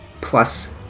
plus